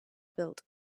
built